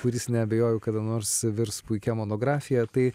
kuris neabejoju kada nors virs puikia monografija tai